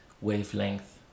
wavelength